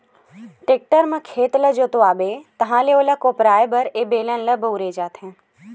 tractor म खेत ल जोतवाबे ताहाँले ओला कोपराये बर ए बेलन ल बउरे जाथे